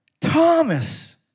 Thomas